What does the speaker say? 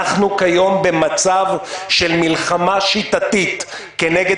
אנחנו כיום במצב של מלחמה שיטתית כנגד